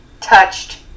touched